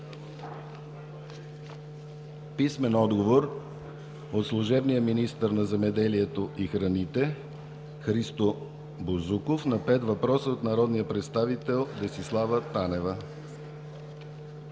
Ангелкова; - служебния министър на земеделието и храните Христо Бозуков на пет въпроса от народния представител Десислава Танева;